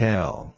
Tell